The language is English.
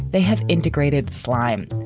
they have integrated slime.